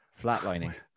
flatlining